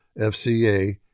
FCA